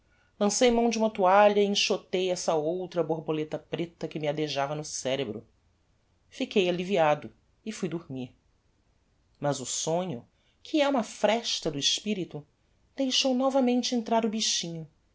lancei mão de uma toalha e enxotei essa outra borboleta preta que me adejava no cerebro fiquei alliviado e fui dormir mas o sonho que é uma fresta do espirito deixou novamente entrar o bichinho